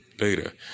later